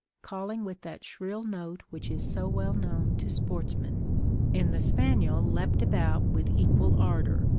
calling with that shrill note which is so well known to sportsmen and the spaniel leapt about with equal ardour.